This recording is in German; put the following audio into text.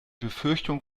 befürchtung